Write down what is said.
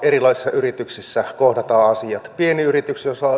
hyvä niin moni asia meitä yhdistää